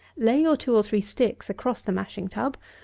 lay your two or three sticks across the mashing-tub,